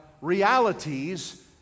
realities